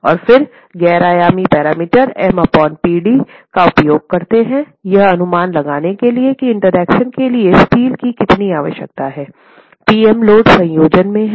और फिर गैर आयामी पैरामीटर M Pd का उपयोग करते है यह अनुमान लगाने के लिए कि इंटरैक्शन के लिए स्टील की कितनी आवश्यकता है पी एम लोड संयोजन में ही